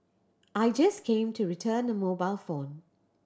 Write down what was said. I just came to return a mobile phone